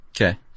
Okay